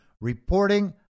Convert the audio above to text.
reporting